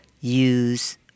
use